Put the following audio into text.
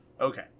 Okay